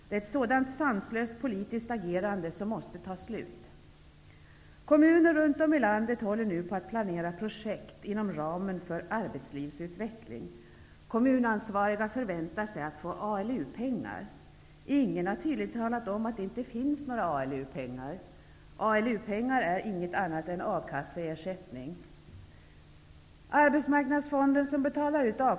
Det är sådant sanslöst politiskt agerande som måste ta slut. Kommuner runt om i landet håller nu på att planera projekt inom ramen för arbetslivsutveckling. Kommunansvariga förväntar sig att få ALU pengar. Ingen har tydligen talat om, att det inte finns några ALU-pengar. ALU-pengar är inget annat än A-kasseersättning.